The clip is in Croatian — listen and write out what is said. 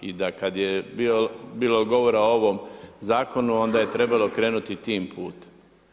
I da kada je bilo govora o ovom zakonu onda je trebalo krenuti tim putem.